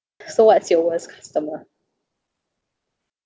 so what's your worst customer